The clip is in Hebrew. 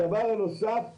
הדבר הנוסף הוא